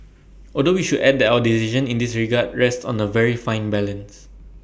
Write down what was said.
although we should add that our decision in this regard rests on A very fine balance